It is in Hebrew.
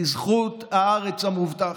בזכות הארץ המובטחת.